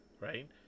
Right